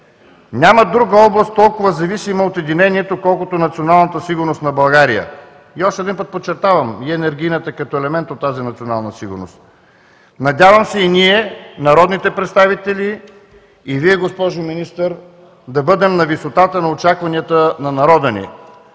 Няма друга област, толкова зависима от единението, колкото националната сигурност на България. И още един път подчертавам: и енергийната, като елемент от тази национална сигурност. Надявам се и ние, народните представители, и Вие, госпожо Министър, да бъдем на висотата на очакванията на народа, ни